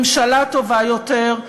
ממשלה טובה יותר,